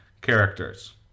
Characters